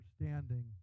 understanding